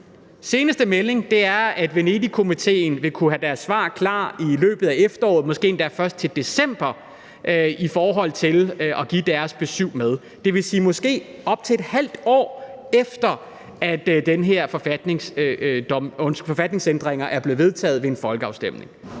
Seneste melding er, at Venedigkommissionen vil kunne have deres svar klar i løbet af efteråret, måske endda først til december, i forhold til at give deres besyv med; det vil sige op til måske et halvt år efter, at de her forfatningsændringer er blevet vedtaget ved en folkeafstemning.